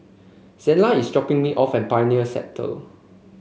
Zela is dropping me off at Pioneer Sector